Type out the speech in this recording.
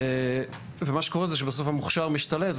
ומה שקורה זה שבסוף המוכש"ר משתלט,